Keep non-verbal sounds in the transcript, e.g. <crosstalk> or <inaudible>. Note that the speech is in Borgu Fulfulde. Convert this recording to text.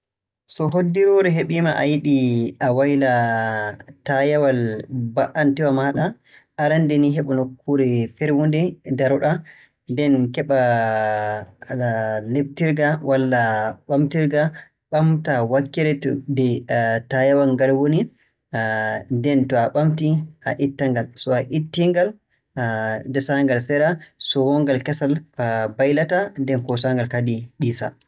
So hoddiroore heɓii ma a yiɗi a wayla taayawal ba''antewa maaɗa, arannde ni, heɓu nokkuure feerwunde ndaro-ɗaa, nden keɓaa <hesitation> liftirga walla ɓamtirga, ɓamtaa wakkere to - nde <hesitation> taayawal ngal woni. Nden to a ɓamtii, a itta-ngal. So a ittii-ngal, <hesitation> desaangal sera. So wonngal kesal <hesitation> mbaylata kadi nden koosaa-ngal kadi ɗiisaa.